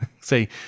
say